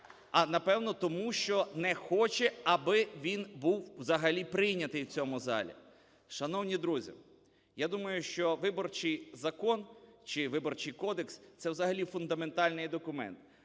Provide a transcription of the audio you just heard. А, напевне, тому, що не хоче аби він був взагалі прийнятий в цьому залі. Шановні друзі! Я думаю, що виборчий закон чи Виборчий кодекс – це взагалі фундаментальний документ,